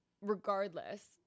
regardless